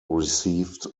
received